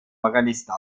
organisten